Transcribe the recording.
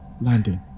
landing